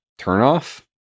turnoff